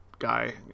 guy